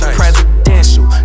presidential